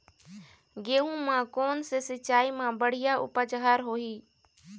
गेहूं म कोन से सिचाई म बड़िया उपज हर होही?